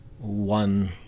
one